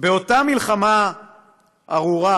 באותה מלחמה ארורה,